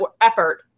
effort